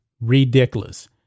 ridiculous